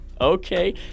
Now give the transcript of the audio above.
okay